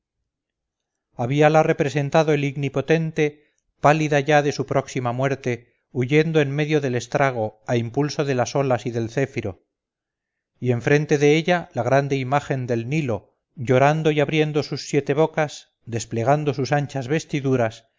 habíala representado el ignipotente pálida ya de su próxima muerte huyendo en medio del estrago a impulso de las olas y del céfiro y en frente de ella la grande imagen del nilo llorando y abriendo sus siete bocas desplegando sus anchas vestiduras